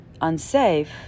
unsafe